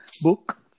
book